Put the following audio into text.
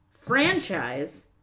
franchise